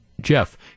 Jeff